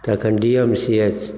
तखन D M C H